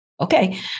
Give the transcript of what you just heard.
Okay